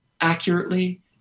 accurately